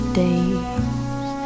days